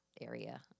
area